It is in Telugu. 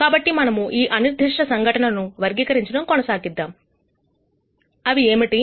కాబట్టి మనము ఈ అనిర్దిష్ట సంఘటనను వర్గీకరించడం కొనసాగిద్దాం అవి ఏమిటి